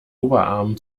oberarm